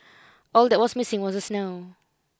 all that was missing was the snow